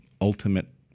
ultimate